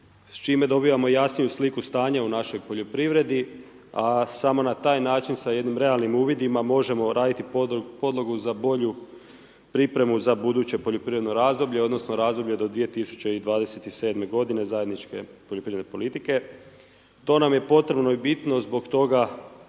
s čime dobivamo jasniju sliku stanja u našoj poljoprivredi a samo na taj način sa jednim realnim uvidima možemo raditi podlogu za bolju pripremu za buduće poljoprivredno razdoblje odnosno razdoblje do 2027. g., zajedničke poljoprivredne politike. To nam je potrebno i bitno zbog toga